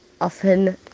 Often